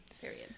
period